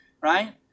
right